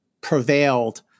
prevailed